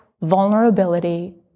vulnerability